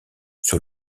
sur